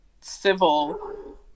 civil